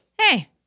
Hey